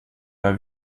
pas